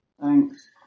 Thanks